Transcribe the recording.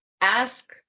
ask